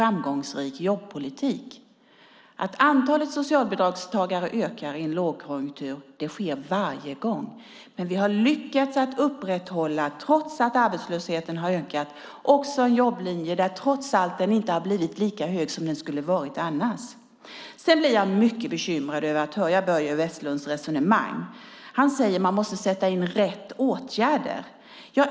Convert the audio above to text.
Antalet socialbidragstagare ökar i varje lågkonjunktur, men vi har, trots att arbetslösheten har ökat, lyckats upprätthålla en jobblinje som gör att arbetslösheten inte har blivit lika hög som den annars skulle ha varit. Jag blir mycket bekymrad när jag hör Börje Vestlunds resonemang. Han säger att man måste sätta in rätt åtgärder.